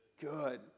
good